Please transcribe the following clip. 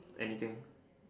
anything